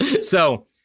So-